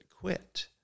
quit